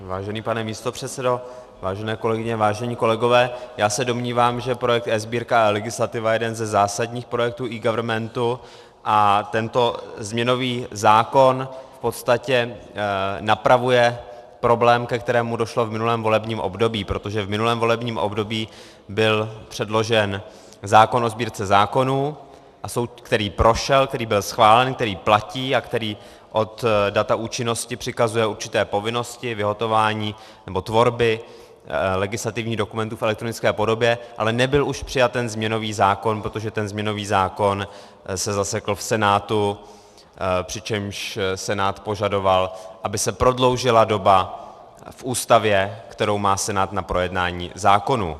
Vážený pane místopředsedo, vážené kolegyně, vážení kolegové, já se domnívám, že projekt eSbírka a eLegislativa je jeden ze zásadních projektů eGovernmentu a tento změnový zákon v podstatě napravuje problém, ke kterému došlo v minulém volebním období, protože v minulém volebním období byl předložen zákon o Sbírce zákonů, který prošel, který byl schválen, který platí a který od data účinnosti přikazuje určité povinnosti vyhotovování nebo tvorby legislativních dokumentů v elektronické podobě, ale nebyl už přijat ten změnový zákon, protože ten změnový zákon se zasekl v Senátu, přičemž Senát požadoval, aby se prodloužila doba v Ústavě, kterou má Senát na projednání zákonů.